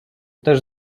też